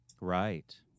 Right